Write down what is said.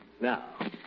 Now